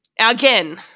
Again